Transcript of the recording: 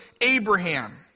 Abraham